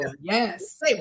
Yes